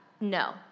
no